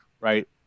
right